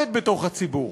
ומחלוקת בתוך הציבור.